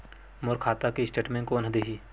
मोर खाता के स्टेटमेंट कोन ह देही?